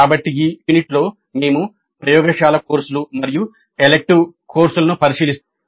కాబట్టి ఈ యూనిట్లో మేము ప్రయోగశాల కోర్సులు మరియు ఎలిక్టివ్ కోర్సులను పరిశీలిస్తాము